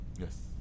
Yes